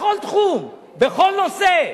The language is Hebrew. בכל תחום, בכל נושא,